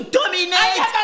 dominate